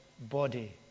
body